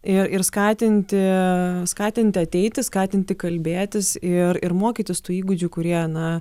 ir ir skatinti skatinti ateiti skatinti kalbėtis ir ir mokytis tų įgūdžių kurie na